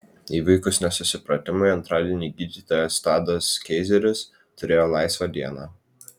įvykus nesusipratimui antradienį gydytojas tadas keizeris turėjo laisvą dieną